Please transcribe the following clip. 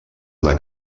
una